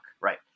right